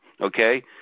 okay